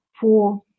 four